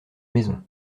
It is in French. maison